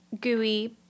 gooey